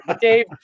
Dave